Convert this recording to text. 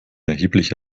erheblich